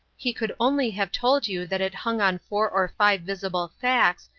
he could only have told you that it hung on four or five visible facts,